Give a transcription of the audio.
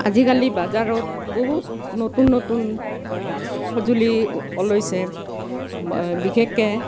আজিকালি বজাৰত বহুত নতুন নতুন সঁজুলি ওলাইছে বিশেষকৈ